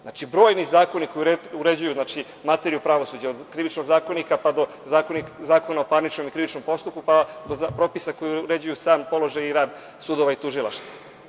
Znači, brojni zakoni koji uređuje materiju pravosuđa, od Krivičnog zakonika, pa do Zakona o parničnom i krivičnom postupku, pa do propisa koji uređuju sam položaj i rad sudova i tužilaštva.